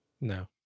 No